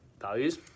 values